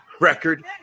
record